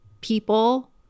people